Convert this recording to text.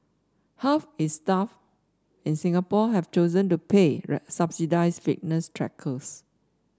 half its staff in Singapore have chosen to pay subsidised fitness trackers